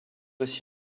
aussi